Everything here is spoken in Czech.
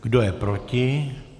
Kdo je proti?